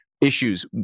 issues